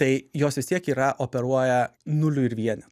tai jos vis tiek yra operuoja nuliu ir vienetu